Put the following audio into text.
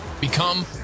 Become